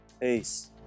Peace